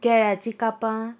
केळ्याचीं कापां